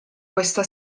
questa